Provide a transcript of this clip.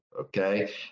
Okay